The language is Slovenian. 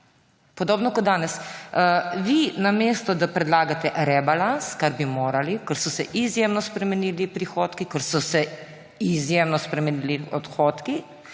Podobno kot danes. Vi, namesto da predlagate rebalans, kar bi morali, ker so se izjemno spremenili prihodki, ker so se izjemno spremenili odhodki